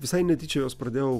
visai netyčia jos pradėjau